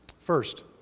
First